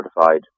notified